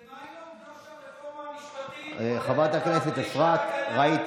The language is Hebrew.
ומה אם העובדה שהרפורמה המשפטית הולכת להחליש את